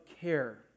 care